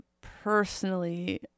personally